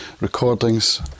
recordings